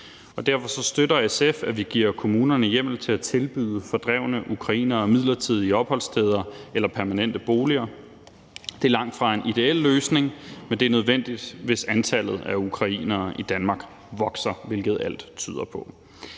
Derfor støtter SF, at vi giver kommunerne hjemmel til at tilbyde fordrevne ukrainere midlertidige opholdssteder eller permanente boliger i udsatte boligområder. Det er langtfra en ideel løsning, men det er nødvendigt, hvis antallet af ukrainere i Danmark vokser, hvilket alt tyder på.